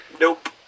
nope